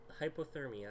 hypothermia